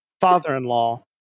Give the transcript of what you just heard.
father-in-law